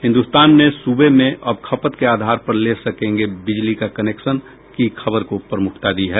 हिन्दुस्तान ने सूबे में अब खपत के आधार पर ले सकेंगे बिजली का कनेक्शन की खबर को प्रमुखता दी है